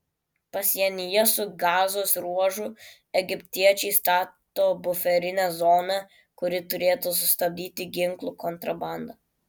pasienyje su gazos ruožu egiptiečiai stato buferinę zoną kuri turėtų sustabdyti ginklų kontrabandą